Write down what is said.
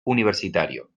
universitario